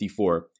54